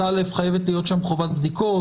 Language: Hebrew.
חייבת להיות שם חובת בדיקות,